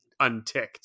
unticked